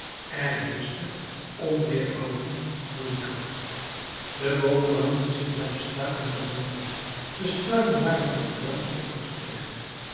er heerschte onweerhouden groeikracht de boomen hadden zich naar de struiken gebogen de struiken waren tot de boomen opgestegen